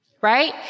Right